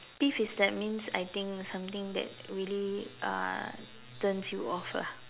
pissed is that means I think something that really uh turns you off ah